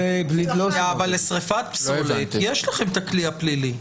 אבל לשריפת פסולת יש לכם את הכלי הפלילי.